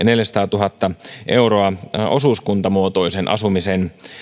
neljäsataatuhatta euroa osuuskuntamuotoisen asumisen